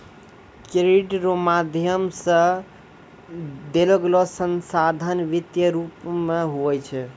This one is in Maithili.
क्रेडिट रो माध्यम से देलोगेलो संसाधन वित्तीय रूप मे हुवै छै